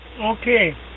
Okay